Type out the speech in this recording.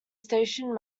station